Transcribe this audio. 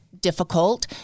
difficult